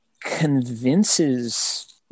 convinces